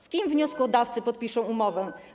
Z kim wnioskodawcy podpiszą umowę?